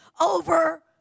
over